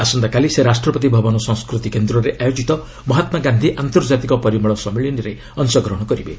ଆସନ୍ତାକାଲି ସେ ରାଷ୍ଟ୍ରପତି ଭବନ ସଂସ୍କୃତି କେନ୍ଦ୍ରରେ ଆୟୋଜିତ ମହାତ୍କା ଗାନ୍ଧି ଅନ୍ତର୍ଜାତୀୟ ପରିମଳ ସମ୍ମିଳନୀରେ ଅଂଶଗ୍ରହଣ କରିବେ